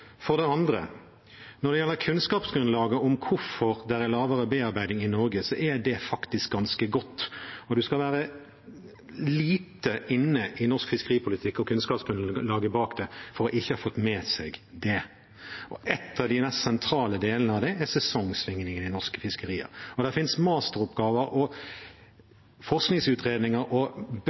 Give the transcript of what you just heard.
For det andre: Når det gjelder kunnskapsgrunnlaget om hvorfor det er mindre bearbeiding i Norge, så er det faktisk ganske godt, og man skal være lite inne i norsk fiskeripolitikk og kunnskapsgrunnlaget bak for å ikke ha fått med seg det. Én av de mest sentralene delene av det er sesongsvingningene i norske fiskerier. Det finnes masteroppgaver, forskningsutredninger og tonnevis med papir og